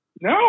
no